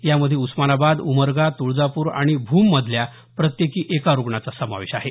यामध्ये उस्मानाबाद उमरगा तुळजापूर आणि भूममधल्या प्रत्येक एका रुग्णाचा समावेश आहे